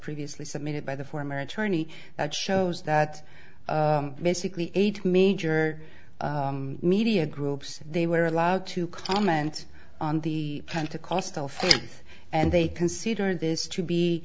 previously submitted by the former attorney that shows that basically eight major media groups they were allowed to comment on the pentecostal faith and they considered this to